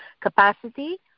capacity